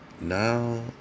Now